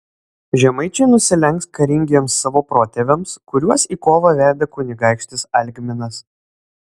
žemaičiai nusilenks karingiems savo protėviams kuriuos į kovą vedė kunigaikštis algminas